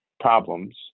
Problems